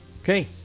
okay